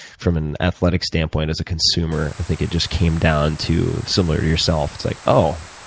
from an athletic standpoint as a consumer, i think it just came down to, similar to yourself, it's like, oh,